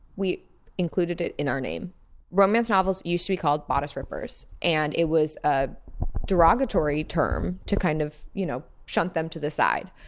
we included it in our name romance novels used to be called bodice rippers, and it was a derogatory term to kind of you know shunt them to the side.